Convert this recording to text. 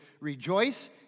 rejoice